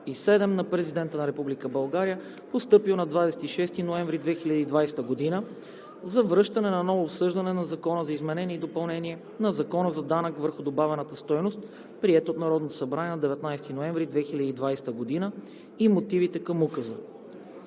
на Президента на Република България, постъпил на 26 ноември 2020 г. за връщане за ново обсъждане на Закона за изменение и допълнение на Закона за данък върху добавената стойност, приет от Народното събрание на 19 ноември 2020 г., и мотивите към Указа.